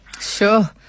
Sure